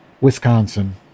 Wisconsin